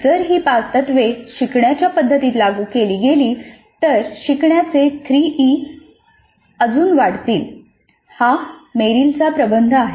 जर ही पाच तत्त्वे शिकवण्याच्या पद्धतीत लागू केली गेली तर शिकवण्याचे 3 ई अजून वाढतील हा मेरिलचा प्रबंध आहे